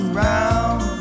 round